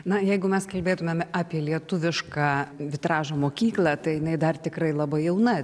na jeigu mes kalbėtumėme apie lietuvišką vitražo mokyklą tai jinai dar tikrai labai jauna